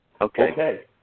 Okay